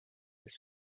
his